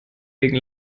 gegen